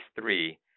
three